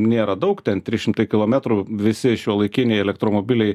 nėra daug ten tris šimtai kilometrų visi šiuolaikiniai elektromobiliai